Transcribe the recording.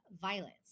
violence